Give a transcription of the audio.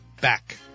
back